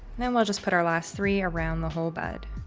then we'll just put our last three around the whole bud.